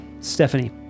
Stephanie